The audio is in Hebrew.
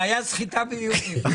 זה היה "סחיטה באיומים".